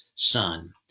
son